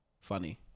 funny